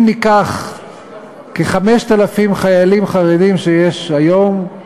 אם ניקח כ-5,000 חיילים חרדים שיש היום,